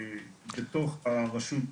בתוך הרשות.